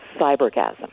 cybergasm